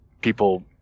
people